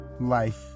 life